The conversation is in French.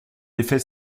effet